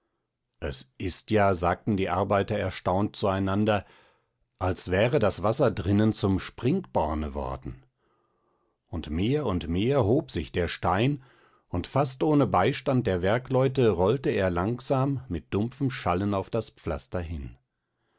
es ist ja sagten die arbeiter erstaunt zueinander als wäre das wasser drinnen zum springborne worden und mehr und mehr hob sich der stein und fast ohne beistand der werkleute rollte er langsam mit dumpfem schallen auf das pflaster hin